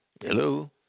Hello